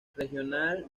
regional